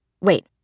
Wait